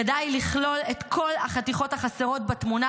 כדאי לכלול את כל החתיכות החסרות בתמונה